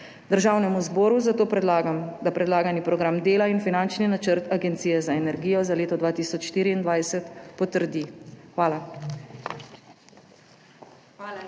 Državnemu zboru zato predlagam, da predlagani program dela in finančni načrt Agencije za energijo za leto 2024 potrdi. Hvala.